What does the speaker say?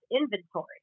inventory